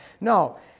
No